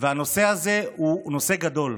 והנושא הזה הוא נושא גדול.